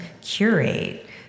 curate